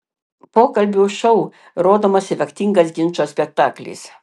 pokalbių šou rodomas efektingas ginčo spektaklis